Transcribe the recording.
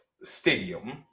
stadium